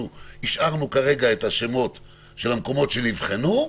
השארנו את השמות של המקומות שנבחנו,